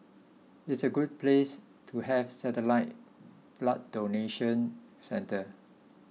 it's a good place to have satellite blood donation centre